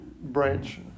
branch